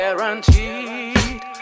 Guaranteed